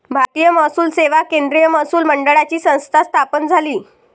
भारतीय महसूल सेवा केंद्रीय महसूल मंडळाची संस्था स्थापन झाली